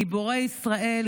גיבורי ישראל,